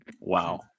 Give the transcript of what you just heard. Wow